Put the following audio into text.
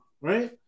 right